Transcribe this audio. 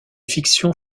fictions